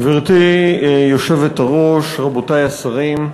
גברתי היושבת-ראש, רבותי השרים,